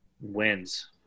Wins